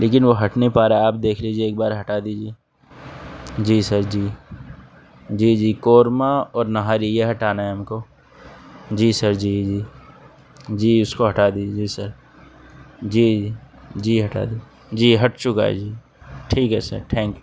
لیکن وہ ہٹ نہیں پا رہا ہے آپ دیکھ لیجیے ایک بار ہٹا دیجیے جی سر جی جی جی قورما اور نہاری یہ ہٹانا ہے ہم کو جی سر جی جی جی اس کو ہٹا دیجیے جی سر جی جی جی ہٹا دی جی ہٹ چکا ہے جی ٹھیک ہے سر ٹھینک